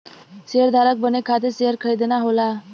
शेयरधारक बने खातिर शेयर खरीदना होला